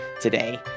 today